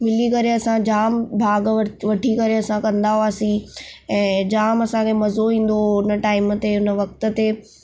मिलि करे असां जामु भाॻु वर वठी करे असां कंदा हुआसीं ऐं जामु असांखे मज़ो ईंदो हो हुन टाइम ते हुन वक़्तु ते